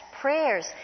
prayers